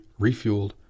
refueled